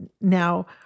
Now